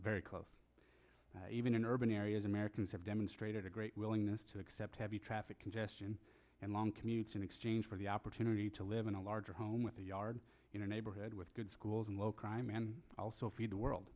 very close even in urban areas americans have demonstrated a great willingness to accept heavy traffic congestion and long commutes in exchange for the opportunity to live in a larger home with a yard in a neighborhood with good schools and low crime and also feed the world